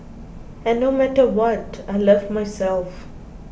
and no matter what I love myself